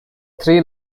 three